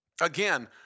Again